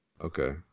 Okay